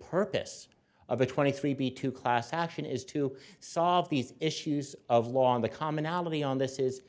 purpose of a twenty three b two class action is to solve these issues of law on the commonality on this is